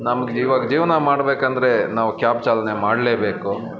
ನಮ್ಗೆ ಇವಾಗ ಜೀವನ ಮಾಡಬೇಕಂದ್ರೆ ನಾವು ಕ್ಯಾಬ್ ಚಾಲನೆ ಮಾಡಲೇಬೇಕು